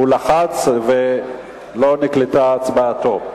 הוא לחץ ולא נקלטה הצבעתו.